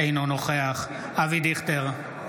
אינו נוכח אבי דיכטר,